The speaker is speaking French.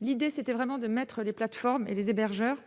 l'idée, c'était vraiment de mettre les plateformes et les hébergeurs,